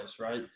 right